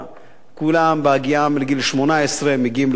כולם, בהגיעם לגיל 18, מגיעים לבקו"ם,